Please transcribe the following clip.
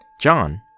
John